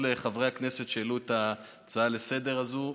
לחברי הכנסת שהעלו את ההצעה לסדר-היום הזו.